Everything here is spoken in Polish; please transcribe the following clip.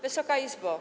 Wysoka Izbo!